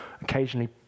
occasionally